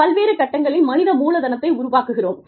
பல்வேறு கட்டங்களில் மனித மூலதனத்தை உருவாக்குகிறோம்